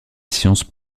science